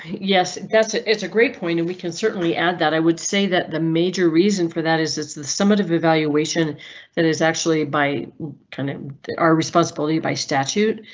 yes, that's ah it's a great point and we can certainly add that i would say that the major reason for that is it's the summative evaluation that is actually by kind of our responsibility by statute.